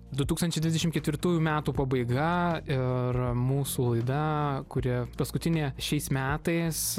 du tūkstančiai dvidešim ketvirtųjų metų pabaiga ir mūsų laida kuri paskutinė šiais metais